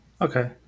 Okay